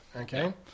Okay